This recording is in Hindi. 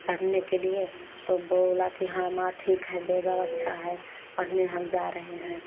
पढ़ने के लिए तो बोला कि हाँ माँ ठीक है बैग अब अच्छा है पढ़ने हम जा रहे हैं